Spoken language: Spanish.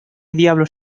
diablos